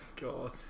God